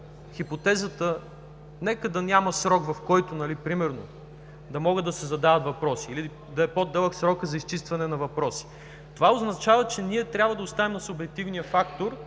хипотезата, нека да няма срок, в който примерно да могат да се задават въпроси, или да е по-дълъг срокът за изчистване на въпроси, това означава, че ние трябва да оставим на субективния фактор,